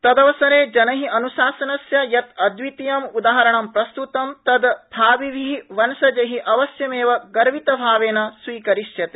तदवसरे जनै अन्शासनस्य यत् अद्वितीयम् उदाहरणं प्रस्त्तं तद् भाविभि वंशजै अवश्यमेव गर्वितभावेन स्वीकरिष्यते